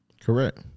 Correct